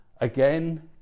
again